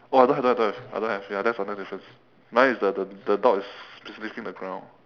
oh I don't have don't have I don't have ya that's our next difference mine is the the the dog is facing the ground